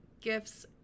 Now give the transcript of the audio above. gifts